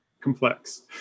complex